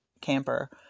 camper